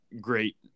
great